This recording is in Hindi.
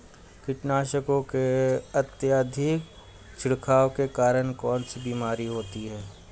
कीटनाशकों के अत्यधिक छिड़काव के कारण कौन सी बीमारी होती है?